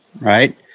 right